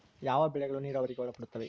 ಯಾವ ಬೆಳೆಗಳು ನೇರಾವರಿಗೆ ಒಳಪಡುತ್ತವೆ?